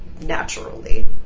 Naturally